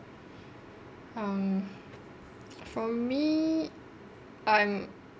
um for me I'm